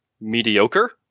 mediocre